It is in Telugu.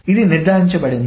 ఇది నిర్ధారించబడింది